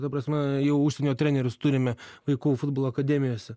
ta prasme jau užsienio trenerius turime vaikų futbolo akademijose